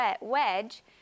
wedge